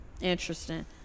Interesting